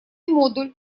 модуль